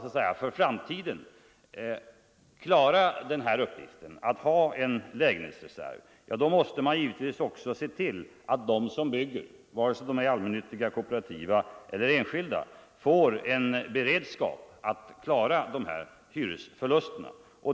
Men om vi för framtiden skall klara uppgiften att hålla en lägenhetsreserv, måste vi givetvis också se till att de som bygger — vare sig de är allmännyttiga, kooperativa eller enskilda företag — har en beredskap att klara hyresförlusterna.